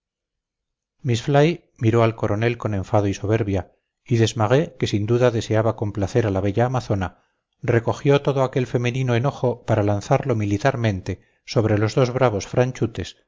miss fly miró al coronel con enfado y soberbia y desmarets que sin duda deseaba complacer a la bella amazona recogió todo aquel femenino enojo para lanzarlo militarmente sobre los dos bravos franchutes los